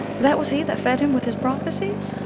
that was hee that fed him with his prophecies